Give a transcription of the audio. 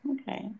Okay